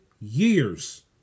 years